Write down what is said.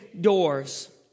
doors